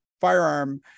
firearm